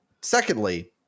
Secondly